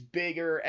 bigger